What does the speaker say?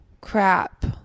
crap